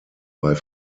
bei